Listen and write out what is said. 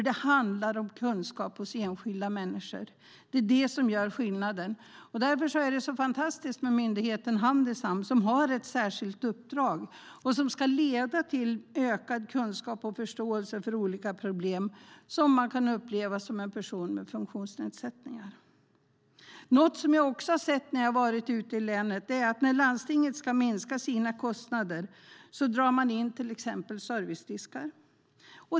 Det handlar om kunskap hos enskilda människor. Det är det som gör skillnaden. Därför är det så fantastiskt med myndigheten Handisam som har ett särskilt uppdrag som ska leda till ökad kunskap och förståelse för olika problem man som en person med funktionsnedsättning kan uppleva. Något som jag också har sett när jag har varit ute i länet är att när landstinget ska minska sina kostnader drar man in till exempel servicediskar.